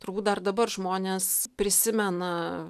turbūt dar dabar žmonės prisimena